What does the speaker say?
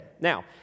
Now